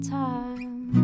time